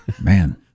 man